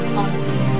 on